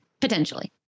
Potentially